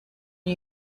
new